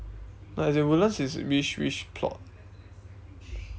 no as in woodlands is which which plot